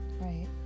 right